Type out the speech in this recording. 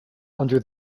under